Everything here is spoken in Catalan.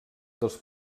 dels